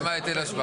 ב-31 במרץ.